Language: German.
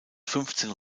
fünfzehn